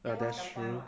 that's true